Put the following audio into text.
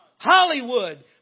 Hollywood